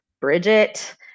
Bridget